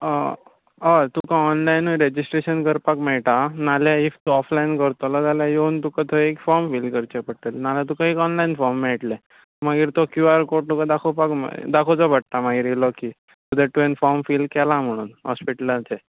हय तुका ऑनलायनूय रॅजिस्ट्रेशन करपाक मेळटा अ नाजाल्यार ईफ तूं ऑनलायन करतलो जाल्यार येवन तुका थंय एक फॉर्म फील करचें पडटलें नाजाल्यार तुका एक ऑनलायन फॉर्म मेळटलें मागीर तो क्यूआर कोड तुका दाखोवपाक दाखोवचो पडटा मागीर येयलो की सो दॅट तुवें फॉर्म फील केलां म्हुणून हॉस्पिटलाचें